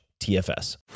TFS